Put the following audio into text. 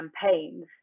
campaigns